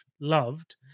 loved